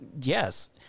Yes